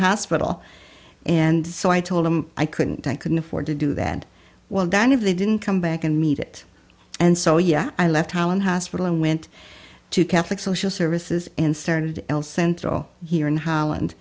hospital and so i told him i couldn't i couldn't afford to do that and well done if they didn't come back and meet it and so yeah i left holland hospital and went to catholic social services and started l central here in holland